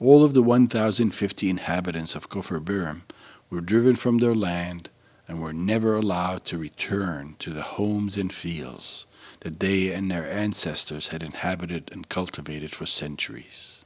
all of the one thousand fifteen habitants of call for a beer or were driven from their land and were never allowed to return to the homes in feels the day and their ancestors had inhabited and cultivated for centuries